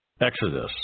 Exodus